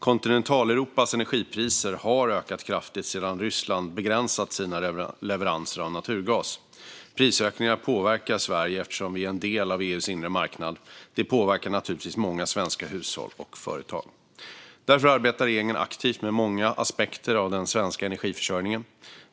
Kontinentaleuropas energipriser har ökat kraftigt sedan Ryssland begränsat sina leveranser av naturgas. Prisökningarna påverkar Sverige, eftersom vi är en del av EU:s inre marknad. Det påverkar naturligtvis många svenska hushåll och företag. Därför arbetar regeringen aktivt med många aspekter av den svenska energiförsörjningen.